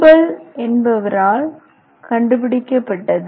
Nobel என்பவரால் கண்டுபிடிக்கப்பட்டது